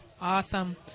Awesome